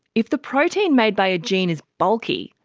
if the protein made by a gene is bulky,